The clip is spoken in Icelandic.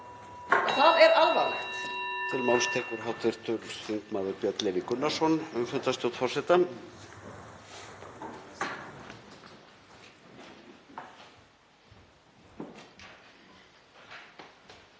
Það er alvarlegt.